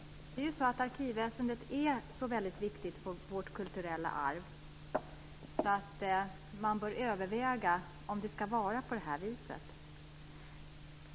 Arkivväsendet är väldigt viktigt för vårt kulturella arv. Man bör överväga om det ska vara på det viset.